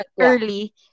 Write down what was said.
early